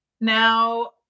now